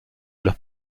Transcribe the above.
los